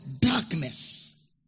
darkness